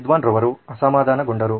ವಿದ್ವಾನ್ ರವರು ಅಸಮಾಧಾನಗೊಂಡರು